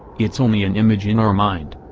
it's only an image in our mind,